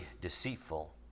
deceitful